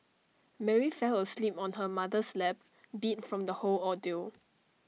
Mary fell asleep on her mother's lap beat from the whole ordeal